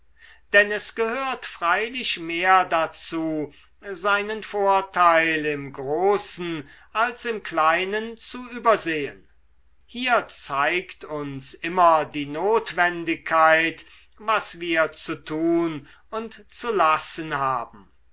denn es gehört freilich mehr dazu seinen vorteil im großen als im kleinen zu übersehen hier zeigt uns immer die notwendigkeit was wir zu tun und zu lassen haben